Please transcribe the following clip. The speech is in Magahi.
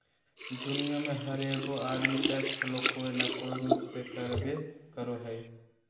दुनिया में हर एगो आदमी कैश फ्लो कोय न कोय रूप में करबे करो हइ